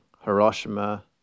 Hiroshima